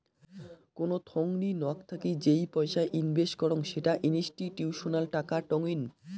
কোন থোংনি নক থাকি যেই পয়সা ইনভেস্ট করং সেটা ইনস্টিটিউশনাল টাকা টঙ্নি